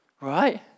right